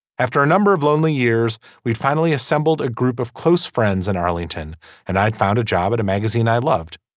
after a number of lonely years. we'd finally assembled a group of close friends in arlington and i'd found a job at a magazine i loved.